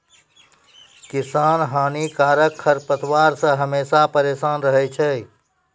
किसान हानिकारक खरपतवार से हमेशा परेसान रहै छै